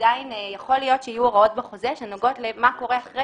עדיין יכול להיות שיהיו הוראות בחוזה שנוגעות למה קורה אחרי